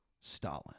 Stalin